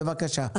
בבקשה.